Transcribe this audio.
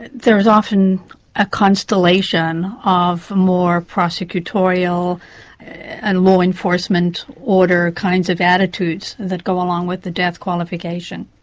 there is often a constellation of more prosecutorial and law enforcement order kinds of attitudes that go along with the death qualification.